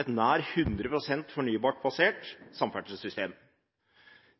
et nær 100 pst. fornybarbasert samferdselssystem.